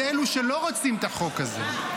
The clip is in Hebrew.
את אלה שלא רוצים את החוק הזה.